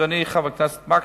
אדוני חבר הכנסת מקלב,